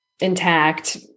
intact